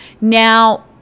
Now